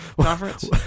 conference